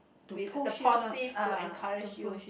with the positive to encourage you